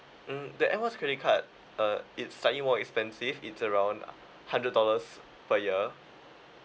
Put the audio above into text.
mm the air miles credit card uh it's slightly more expensive it's around hundred dollars per year